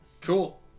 Cool